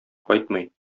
кайтмый